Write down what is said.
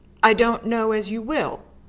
i don't know as you will,